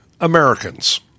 Americans